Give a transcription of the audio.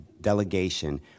delegation